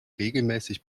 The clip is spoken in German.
regelmäßig